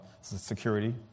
security